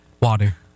Water